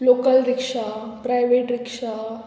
local rickshaw private rickshaw